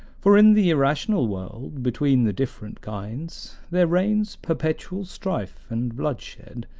for in the irrational world, between the different kinds, there reigns perpetual strife and bloodshed,